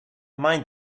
mind